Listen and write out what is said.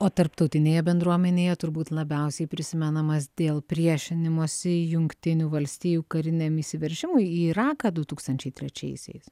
o tarptautinėje bendruomenėje turbūt labiausiai prisimenamas dėl priešinimosi jungtinių valstijų kariniam įsiveržimui į iraką du tūkstančiai trečiaisiais